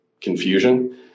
confusion